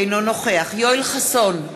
אינו נוכח יואל חסון,